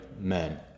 men